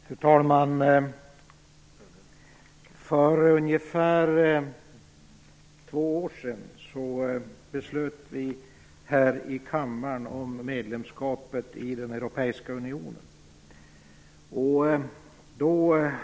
Fru talman! För ungefär två år sedan beslutade vi här i kammaren om medlemskapet i den europeiska unionen.